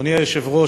אדוני היושב-ראש,